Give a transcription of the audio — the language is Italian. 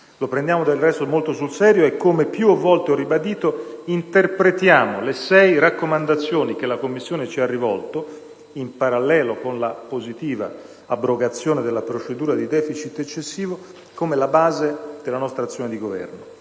Lo prendiamo, del resto, molto sul serio e, come più volte ho ribadito, interpretiamo le sei raccomandazioni che la Commissione ci ha rivolto - in parallelo con la positiva chiusura della procedura per *deficit* eccessivo - come la base della nostra azione di governo.